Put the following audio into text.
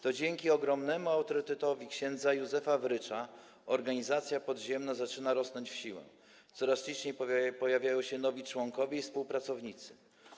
To dzięki ogromnemu autorytetowi ks. Józefa Wryczy organizacja podziemna zaczyna rosnąć w siłę, coraz liczniej pojawiają się nowi członkowie i współpracownicy.